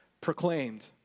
proclaimed